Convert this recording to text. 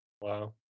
Wow